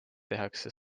tehakse